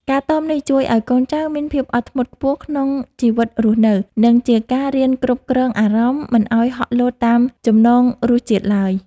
ការតមនេះជួយឱ្យកូនចៅមានភាពអត់ធ្មត់ខ្ពស់ក្នុងជីវិតរស់នៅ និង ជាការរៀនគ្រប់គ្រងអារម្មណ៍មិនឱ្យហក់លោតតាមចំណង់រសជាតិឡើយ។